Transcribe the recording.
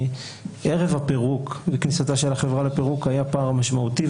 בערב הפירוק וכניסתה של החברה לפירוק היה פער משמעותי,